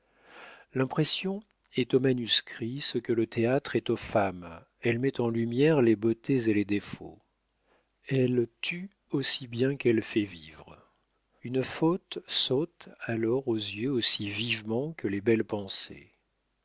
l'impression est aux manuscrits ce que le théâtre est aux femmes elle met en lumière les beautés et les défauts elle tue aussi bien qu'elle fait vivre une faute saute alors aux yeux aussi vivement que les belles pensées